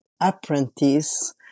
apprentice